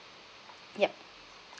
yup